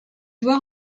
doit